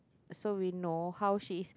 so we know how she is